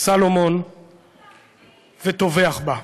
סלומון וטובח בה.